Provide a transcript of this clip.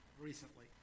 recently